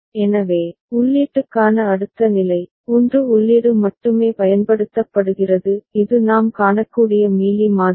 எனவே உள்ளீட்டுக்கான அடுத்த நிலை 1 உள்ளீடு மட்டுமே பயன்படுத்தப்படுகிறது இது நாம் காணக்கூடிய மீலி மாதிரி